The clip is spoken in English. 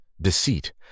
deceit